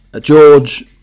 george